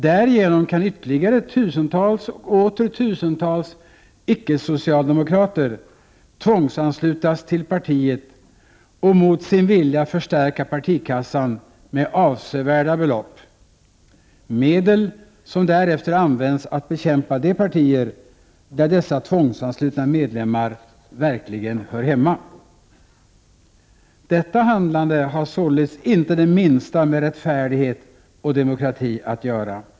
Därigenom kan ytterligare tusentals och åter tusentals icke-socialdemokrater tvångsanslutas till partiet och mot sin vilja förstärka partikassan med avsevärda belopp — medel som därefter används till att bekämpa de partier där dessa tvångsanslutna medlemmar verkligen hör hemma. Detta handlande har således inte det minsta med rättfärdighet och demokrati att göra.